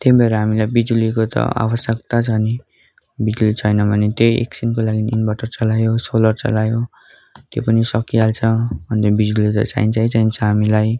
त्यही भएर हामीलाई बिजुलीको त आवश्यक्ता छ नि बिजुली छैन भने त्यही एकछिनको लागि इन्भटर चलायो सोलार चलायो त्यो पनि सकिहाल्छ अन्त बिजुली त चाहिन्छै चाहिन्छ हामीलाई